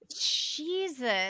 Jesus